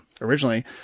originally